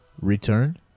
Return